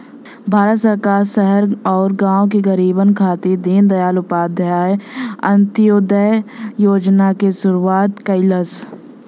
भारत सरकार शहर आउर गाँव के गरीबन खातिर दीनदयाल उपाध्याय अंत्योदय योजना क शुरूआत कइलस